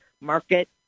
market